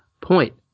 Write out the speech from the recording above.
point